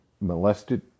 molested